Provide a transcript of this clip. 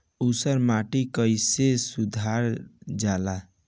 ऊसर माटी कईसे सुधार जाला?